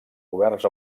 governs